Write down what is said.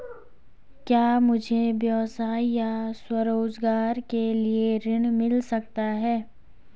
क्या मुझे व्यवसाय या स्वरोज़गार के लिए ऋण मिल सकता है?